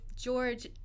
George